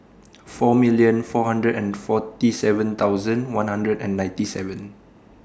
four million four hundred and forty seven thousand one hundred and ninety seven